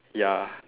ya